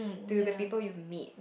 to the people you meet